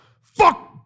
Fuck